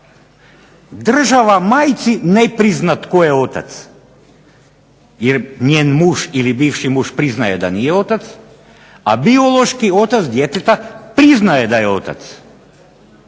Država majci ne prizna tko je otac, jer njen muž ili bivši muž priznaje da nije otac, a biološki otac djeteta priznaje da je otac,